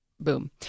boom